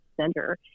center